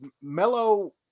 Melo